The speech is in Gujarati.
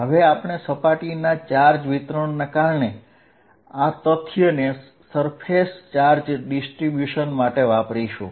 હવે આપણે આ તથ્યને સરફેસ ચાર્જ ડિસ્ટ્રીબ્યુશન ના કારણે મળતું ફીલ્ડ મેળવવા માટે વાપરીશું